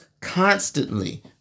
constantly